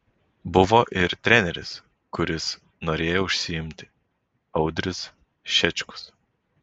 buvo ir treneris kuris norėjo užsiimti audrius šečkus